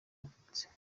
yavutse